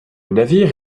navire